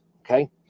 Okay